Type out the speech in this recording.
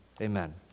Amen